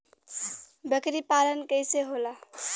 बकरी पालन कैसे होला?